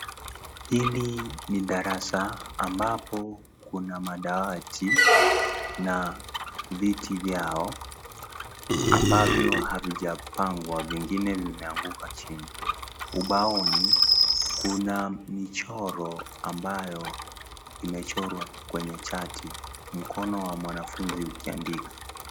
Hili ni darasa ambapo kuna madawati, na viti vyao ambavyo havijapangwa, vingine vimeanguka chini. Ubaoni, kuna michoro ambayo imechorwa kwenye chati, mkono wa mwanafunzi ukiandika.